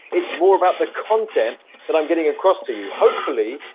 it's more about the content that i'm getting across to you hopefully,